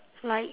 like